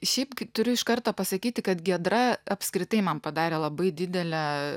šiaip turiu iš karto pasakyti kad giedra apskritai man padarė labai didelę